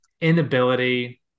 inability